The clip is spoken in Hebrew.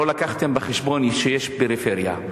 לא הבאתם בחשבון שיש פריפריה.